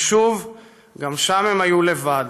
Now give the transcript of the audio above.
ושוב, גם שם הם היו לבד.